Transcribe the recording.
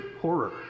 horror